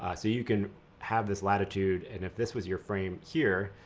ah so you can have this latitude and if this was your frame here,